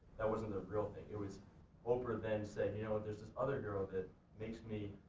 that wasn't the real thing, it was oprah then said you know, there's this other girl that makes me,